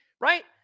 right